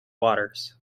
waters